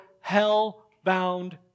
hell-bound